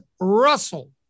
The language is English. Russell